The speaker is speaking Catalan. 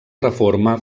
reforma